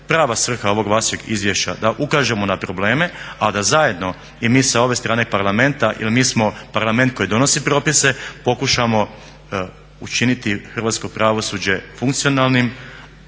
prava svrha ovog vašeg izvješća da ukažemo na probleme a da zajedno i mi sa ove strane Parlamenta, jer mi smo Parlament koji donosi propise pokušamo učiniti hrvatsko pravosuđe funkcionalnim,